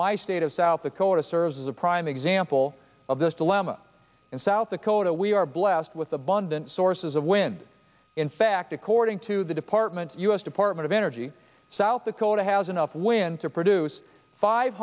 my state of south dakota serves as a prime example of this dilemma in south dakota we are blessed with abundant sources of when in fact according to the department u s department of energy south dakota has enough wind to produce five